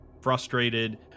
frustrated